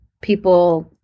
people